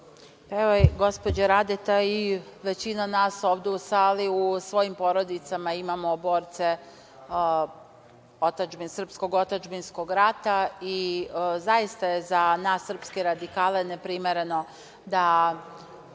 Evo i gospođa Radeta i većina nas ovde u sali u svojim porodicama imamo borce srpskog otadžbinskog rata i zaista je za nas, srpske radikale neprimereno da